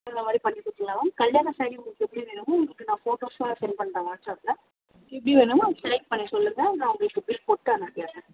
அந்தமாதிரி பண்ணி கொடுத்துக்கலாம் மேம் கல்யாண ஸேரீ உங்களுக்கு எப்படி வேணுமோ உங்களுக்கு நான் ஃபோட்டோஸெலாம் சென்ட் பண்ணுறேன் வாட்ஸ்அப்பில் எப்படி வேணுமோ அப்படி செலக்ட் பண்ணி சொல்லுங்க நான் உங்களுக்கு பில் போட்டு அனுப்பிடுறேன்